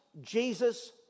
Jesus